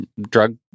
drug